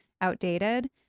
outdated